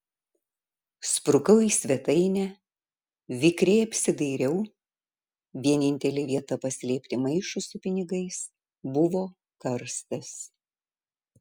sprukau į svetainę vikriai apsidairiau vienintelė vieta paslėpti maišui su pinigais buvo karstas